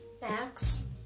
Max